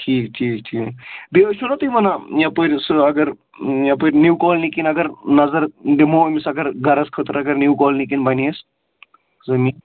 ٹھیٖک ٹھیٖک ٹھیٖک بیٚیہِ ٲسِو نا تُہۍ وَنان یَپٲرۍ سُہ اگر یَپٲرۍ نِو کالنِی کِنۍ اگر نظر دِمو أمِس اگر گَرَس خٲطرٕ اگر نِو کالنِی کِنۍ بَنہِ اَسہِ زٔمیٖن